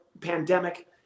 pandemic